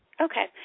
Okay